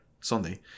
Sunday